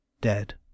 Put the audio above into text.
Dead